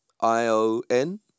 I-O-N